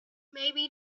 maybe